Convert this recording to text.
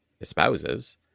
espouses